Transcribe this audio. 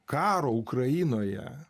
karo ukrainoje